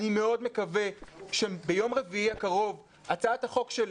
אני מאוד מקווה שביום רביעי הקרוב הצעת החוק שלי